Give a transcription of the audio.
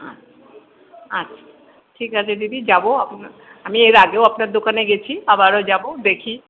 আচ্ছা আচ্ছা ঠিক আছে দিদি যাবো আমি এর আগেও আপনার দোকানে গেছি আবারও যাব দেখি